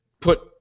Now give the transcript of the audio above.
put